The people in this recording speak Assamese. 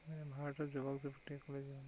ভাৰতৰ যুৱক যুৱতীসকলে